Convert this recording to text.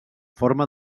forma